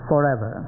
Forever